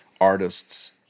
artists